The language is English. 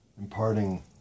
imparting